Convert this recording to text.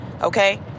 okay